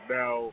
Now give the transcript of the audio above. now